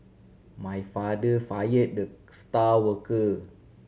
my father fire the star worker